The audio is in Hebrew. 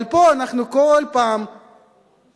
אבל פה אנחנו כל פעם מנסים,